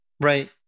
Right